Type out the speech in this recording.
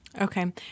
Okay